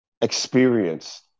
experience